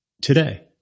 Today